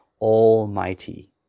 Almighty